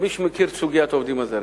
כמי שמכיר את סוגיית העובדים הזרים,